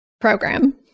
program